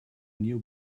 new